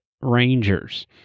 Rangers